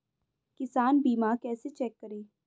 किसान बीमा कैसे चेक करें?